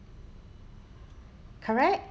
correct